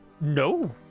no